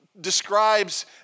describes